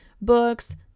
books